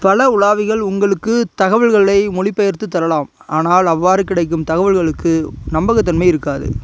பல உலாவிகள் உங்களுக்குத் தகவல்களை மொழிபெயர்த்து தரலாம் ஆனால் அவ்வாறு கிடைக்கும் தகவல்களுக்கு நம்பகத்தன்மை இருக்காது